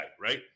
right